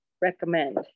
recommend